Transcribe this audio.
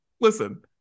listen